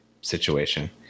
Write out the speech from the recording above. situation